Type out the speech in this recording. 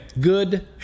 good